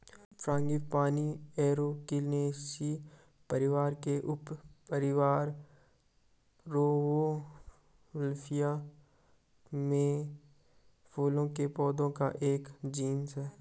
frangipani Apocynaceae परिवार के उपपरिवार रौवोल्फिया में फूलों के पौधों का एक जीनस है